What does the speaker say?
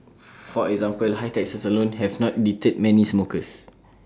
for example high taxes alone have not deterred many smokers